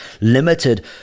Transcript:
limited